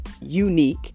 unique